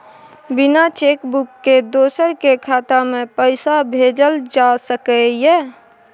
बिना cheque book के दोसर के खाता में पैसा भेजल जा सकै ये?